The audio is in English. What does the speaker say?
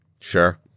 Sure